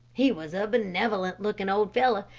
he was a benevolent-looking old fellow,